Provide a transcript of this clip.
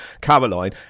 caroline